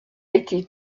été